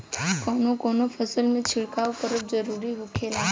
कवने कवने फसल में छिड़काव करब जरूरी होखेला?